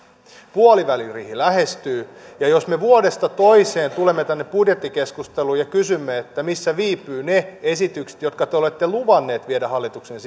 puoliväliriihi lähestyy ja jos me vuodesta toiseen tulemme tänne budjettikeskusteluun ja kysymme että missä viipyvät ne esitykset jotka te olette luvanneet viedä hallitukseen